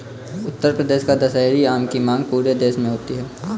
उत्तर प्रदेश का दशहरी आम की मांग पूरे देश में होती है